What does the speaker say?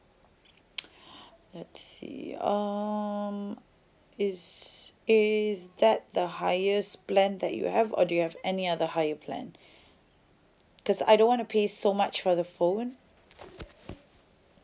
let's see um is is that the highest plan that you have or do you have any other higher plan because I don't wanna pay so much for the phone